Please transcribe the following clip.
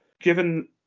given